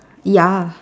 ya